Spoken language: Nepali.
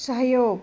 सहयोग